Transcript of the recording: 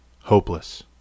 hopeless